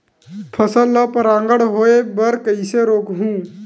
फसल ल परागण होय बर कइसे रोकहु?